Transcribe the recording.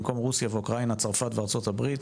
במקום רוסיה ואוקראינה צרפת וארצות הברית.